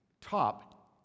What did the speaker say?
top